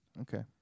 Okay